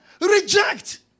Reject